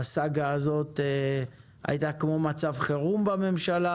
הסאגה הזאת היתה כמו מצב חרום בממשלה